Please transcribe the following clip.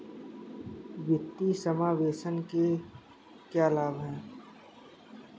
वित्तीय समावेशन के क्या लाभ हैं?